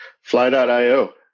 Fly.io